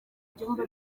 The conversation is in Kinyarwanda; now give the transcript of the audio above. ibyumba